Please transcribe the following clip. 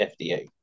FDA